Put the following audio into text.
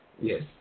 Yes